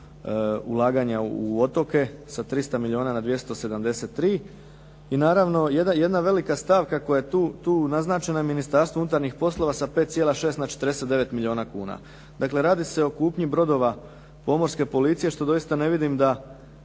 u otoke sa 300 milijuna na 273. I naravno jedna velika stavka koja je tu naznačena je Ministarstvo unutarnjih poslova sa 5,6 na 49 milijuna kuna. Dakle, radi se o kupnji brodova pomorske policije što doista ne vidim da